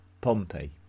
Pompey